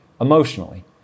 emotionally